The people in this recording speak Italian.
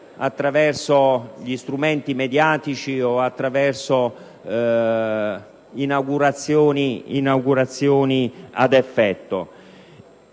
attraverso gli strumenti mediatici o attraverso inaugurazioni ad effetto.